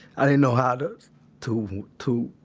i didn't know how to to to